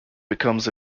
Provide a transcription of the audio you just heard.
becomes